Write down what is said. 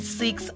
six